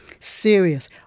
Serious